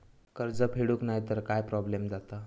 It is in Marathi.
कर्ज फेडूक नाय तर काय प्रोब्लेम जाता?